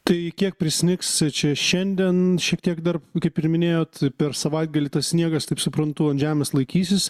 tai kiek prisnigs čia šiandien šiek tiek dar kaip ir minėjot per savaitgalį sniegas taip suprantu ant žemės laikysis